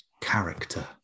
character